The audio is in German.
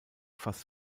fast